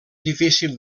difícil